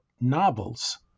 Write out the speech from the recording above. novels